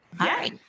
Hi